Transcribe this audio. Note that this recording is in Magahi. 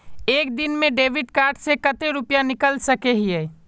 एक दिन में डेबिट कार्ड से कते रुपया निकल सके हिये?